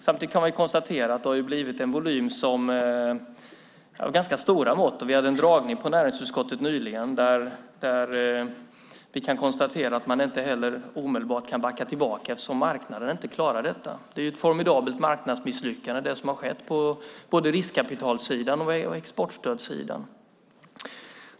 Samtidigt kan man konstatera att det har blivit ganska stora volymer, och vi hade en dragning på näringsutskottet nyligen där det konstaterades att det inte går att omedelbart backa tillbaka eftersom marknaden inte klarar det. Det som har skett på både riskkapitalsidan och exportstödssidan är ett formidabelt marknadsmisslyckande.